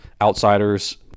outsiders